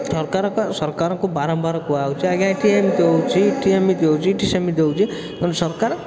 ସରକାରଙ୍କ ସରକାରଙ୍କୁ ବାରମ୍ବାର କୁହା ହେଉଛି ଆଜ୍ଞା ଏଠି ଏମିତି ହେଉଛି ଏଠି ସେମିତି ହେଉଛି କିନ୍ତୁ ସରକାର